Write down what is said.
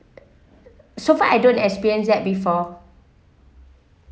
so far I don't experience that before